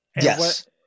Yes